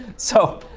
so,